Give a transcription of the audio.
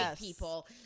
people